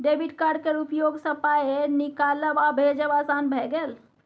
debit card केर उपयोगसँ पाय निकालब आ भेजब आसान भए गेल